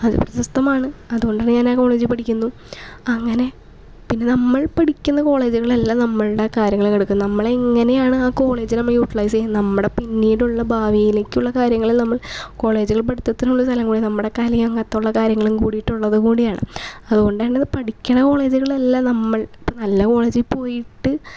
അതുകൊണ്ട് സ്വസ്ഥമാണ് അതുകൊണ്ട് ഞാൻ ആ കോളേജിൽ പഠിക്കുന്നു അങ്ങനെ പിന്നെ നമ്മൾ പഠിക്കുന്ന കോളേജുകളെല്ലാം നമ്മളുടെ കാര്യങ്ങൾ എടുക്കുന്ന നമ്മൾ അങ്ങനെയാണ് ആ കോളേജിൽ നമ്മൾ യൂട്ടിലൈസ് ചെയ്യുന്ന നമ്മുടെ പിന്നീടുള്ള ഭാവിയിലേക്കുള്ള കാര്യങ്ങൾ നമ്മൾ കോളേജിൽ പഠിത്തത്തിലുള്ള സ്ഥലം കൂടി നമ്മളുടെ കലയും അങ്ങനെയുള്ള കാര്യങ്ങളും കൂടിയിട്ടുള്ളത് കൂടിയാണ് അതുകൊണ്ട് തന്നെ പഠിക്കണ കോളേജുകളിലെല്ലാം നമ്മൾ അപ്പം നല്ല കോളേജിൽ പോയിട്ട്